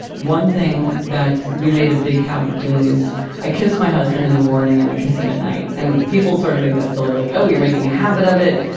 one thing that we made a big habit of doing is i kiss my husband in the morning and i kiss him at night. and people sort of think that's silly, like, oh, you're making a habit of it,